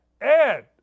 Ed